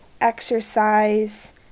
exercise